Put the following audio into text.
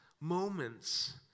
moments